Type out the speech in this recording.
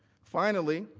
finally,